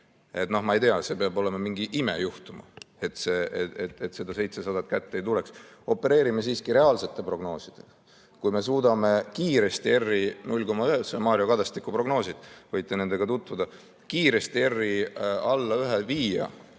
ma ei tea, peab mingi ime juhtuma, et seda 700 kätte ei tuleks. Opereerime siiski reaalsete prognoosidega. Kui me suudame kiiresti R‑i saada – need on Mario Kadastiku prognoosid, võite nendega tutvuda – alla 1,